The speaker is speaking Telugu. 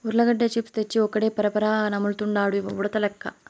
ఉర్లగడ్డ చిప్స్ తెచ్చి ఒక్కడే పరపరా నములుతండాడు ఉడతలెక్క